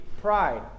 pride